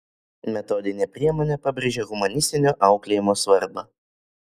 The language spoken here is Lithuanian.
metodinė priemonė pabrėžia humanistinio auklėjimo svarbą